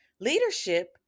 leadership